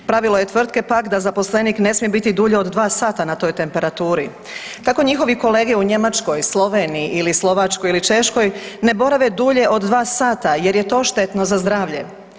Pravilo je tvrtke pak da zaposlenik ne smije biti dulje od dva sata na toj temperaturi, tako njihovi kolege u Njemačkoj, Sloveniji ili Slovačkoj ili Češkoj ne borave dulje od dva sata jer je to štetno za zdravlje.